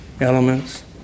elements